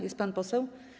Jest pan poseł?